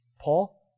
Paul